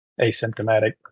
asymptomatic